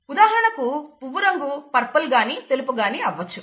ఉదాహరణకు పువ్వు రంగు పర్పల్ గాని తెలుపు గాని అవ్వవచ్చు